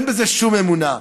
ואין בזה שום אמונה.